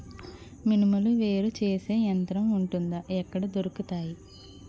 మినుములు వేరు చేసే యంత్రం వుంటుందా? ఎక్కడ దొరుకుతాయి?